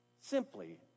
simply